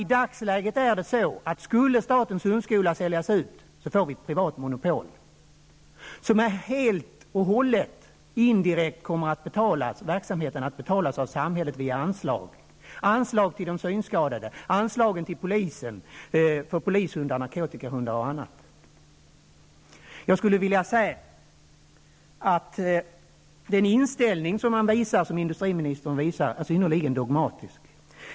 I dagsläget är det så att skulle statens hundskola säljas ut får vi ett privat monopol, vars verksamhet helt och hållet indirekt kommer att betalas av samhället via anslag: Jag skulle vilja säga att den inställning som industriministern visar är synnerligen dogmatisk.